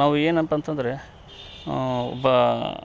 ನಾವು ಏನಪ್ಪ ಅಂತಂದರೆ ಒಬ್ಬ